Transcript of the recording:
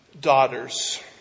daughter's